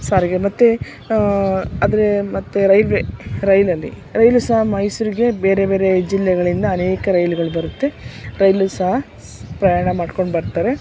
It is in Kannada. ಸಾರಿಗೆ ಮತ್ತೆ ಆದರೆ ಮತ್ತೆ ರೈಲ್ವೇ ರೈಲಲ್ಲಿ ರೈಲು ಸಹ ಮೈಸೂರಿಗೆ ಬೇರೆ ಬೇರೆ ಜಿಲ್ಲೆಗಳಿಂದ ಅನೇಕ ರೈಲುಗಳು ಬರುತ್ತೆ ರೈಲು ಸಹ ಸ್ ಪ್ರಯಾಣ ಮಾಡ್ಕೊಂಡು ಬರ್ತಾರೆ